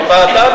בוועדה,